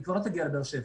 היא כבר לא תגיע לבאר שבע.